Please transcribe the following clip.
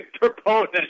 proponent